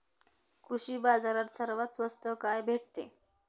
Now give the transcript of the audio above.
कृषी बाजारात सर्वात स्वस्त काय भेटते?